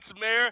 Mayor